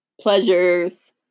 pleasures